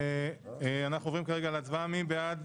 אנחנו עוברים כרגע להצבעה, מי בעד?